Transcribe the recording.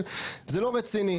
₪ זה לא רציני.